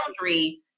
boundary